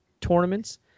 tournaments